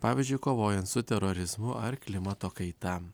pavyzdžiui kovojant su terorizmu ar klimato kaita